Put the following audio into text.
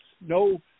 no